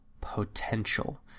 potential